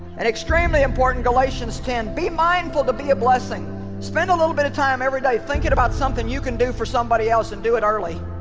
and extremely important galatians ten be mindful to be a blessing spend a little bit of time every day thinking about something you can do for somebody else and do it early